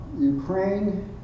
Ukraine